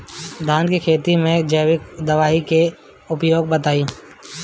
धान के खेती में जैविक दवाई के उपयोग बताइए?